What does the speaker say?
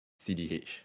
CDH